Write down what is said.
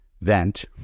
vent